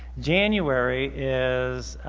january is